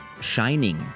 shining